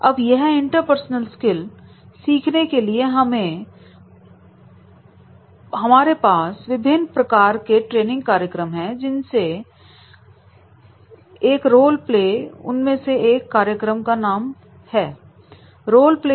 अब यह interpersonal skill सीखने के लिए हमारे पास विभिन्न प्रकार के ट्रेनिंग कार्यक्रम हैं जिनमें से एक कार्यक्रम का नाम है रोल प्ले